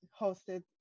hosted